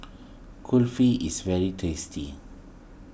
Kulfi is very tasty